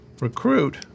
recruit